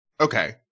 Okay